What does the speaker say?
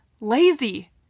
lazy